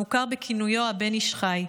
המוכר בכינויו "הבן איש חי".